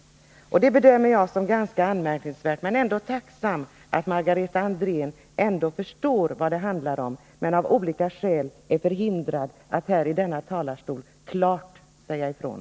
Jag bedömer ESSER LR [ statsverksamheten, detta som ganska anmärkningsvärt, men jag är ändå tacksam för att m.m. Margareta Andrén förstår vad det handlar om fast hon av olika skäl är förhindrad att från denna talarstol klart säga ifrån.